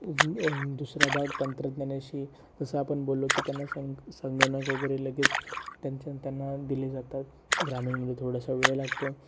दुसरा भाग तंत्रज्ञानाविषयी जसं आपण बोललो की त्यांना सं संगणक वगैरे लगेच त्यांच्यां त्यांना दिले जातात ग्रामीणमध्ये थोडासा वेळ लागतो